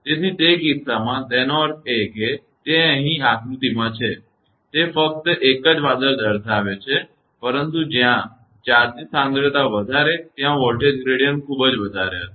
તેથી તે કિસ્સામાં તેનો અર્થ એ કે તે અહીં આકૃતિમાં છે તે ફક્ત એક જ વાદળ દર્શાવે છે પરંતુ જ્યાં ચાર્જની સાંદ્રતા વધારે ત્યાં વોલ્ટેજ ગ્રેડીયંટ ખૂબ જ વધારે હશે